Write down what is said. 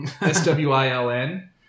s-w-i-l-n